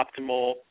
optimal